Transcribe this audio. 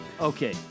Okay